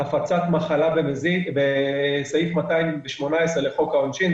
הפצת מחלה במזיד בסעיף 218 לחוק העונשין,